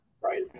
right